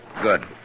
Good